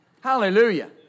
Hallelujah